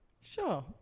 Sure